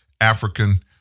African